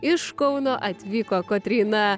iš kauno atvyko kotryna